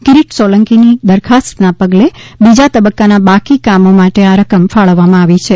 કિરીટ સોલંકીની દરખાસ્તના પગલે બીજા તબક્કાના બાકી કામો માટે આ રકમ ફાળવવામાં આવી છે